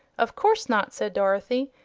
of course not, said dorothy.